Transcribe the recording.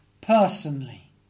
personally